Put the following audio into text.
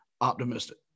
optimistic